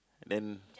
then